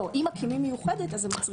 לא, אם מקימים מיוחדת זה מצריך.